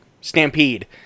stampede